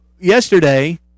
yesterday